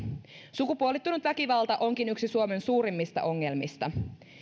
sukupuolittunut väkivalta onkin yksi suomen suurimmista ongelmista